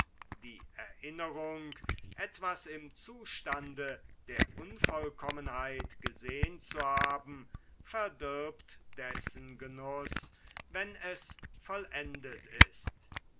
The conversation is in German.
die erinnerung etwas im zustande der unvollkommenheit gesehn zu haben verdirbt dessen genuß wann es vollendet ist